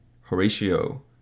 Horatio